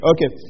Okay